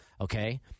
okay